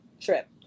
trip